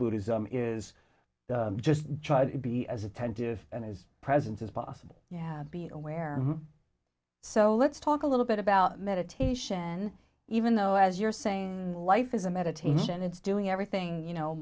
buddhism is just try to be as attentive and his presence as possible yeah be aware so let's talk a little bit about meditation even though as you're saying life is a meditation it's doing everything you know